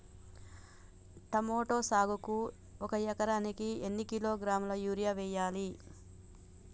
Tomato సాగుకు ఒక ఎకరానికి ఎన్ని కిలోగ్రాముల యూరియా వెయ్యాలి?